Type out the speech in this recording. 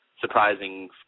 surprising